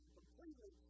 completely